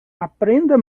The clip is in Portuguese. aprenda